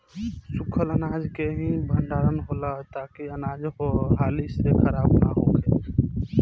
सूखल अनाज के ही भण्डारण होला ताकि अनाज हाली से खराब न होखे